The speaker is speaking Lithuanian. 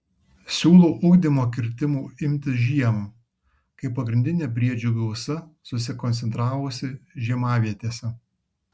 siūlau ugdymo kirtimų imtis žiemą kai pagrindinė briedžių gausa susikoncentravusi žiemavietėse